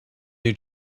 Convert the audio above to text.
new